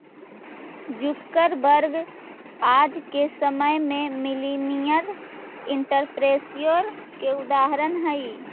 Zuckerberg आज के समय में मिलेनियर एंटरप्रेन्योर के उदाहरण हई